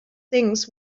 things